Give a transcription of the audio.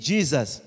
Jesus